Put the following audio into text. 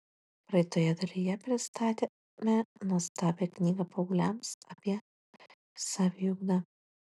praeitoje dalyje pristatėme nuostabią knygą paaugliams apie saviugdą